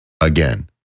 again